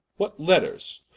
what letters,